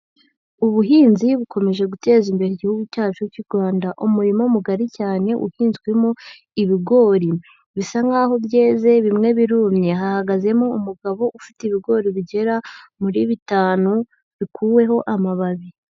Ubuhinzi bukomeje guteza imbere igihugu cyacu cyu Rwanda. Umurima mugari cyane uhinzwemo ibigori. Bisa nkaho byeze bimwe birumye. Hahagazemo umugabo ufite ibigori bigera muri bitanu, bikuweho amababi.